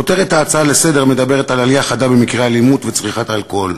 כותרת ההצעה לסדר-היום מדברת על "עלייה חדה באלימות ובצריכת האלכוהול".